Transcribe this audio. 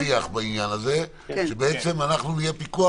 יש שיח בעניין הזה שבעצם אנחנו נהיה פיקוח